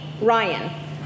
Ryan